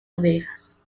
abejas